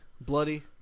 bloody